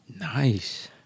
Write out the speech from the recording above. Nice